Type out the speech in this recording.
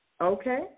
Okay